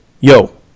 yo